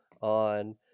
on